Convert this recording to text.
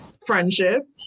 friendship